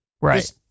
Right